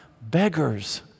beggars